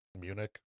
Munich